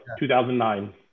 2009